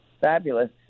fabulous